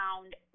found